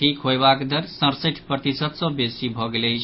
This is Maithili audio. ठीक होयबाक दर सड़सठि प्रतिशत सँ बेसी भऽ गेल अछि